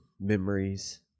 memories